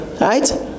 right